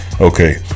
Okay